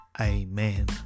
Amen